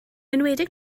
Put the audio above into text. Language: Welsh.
enwedig